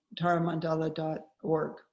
taramandala.org